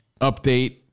update